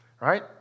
right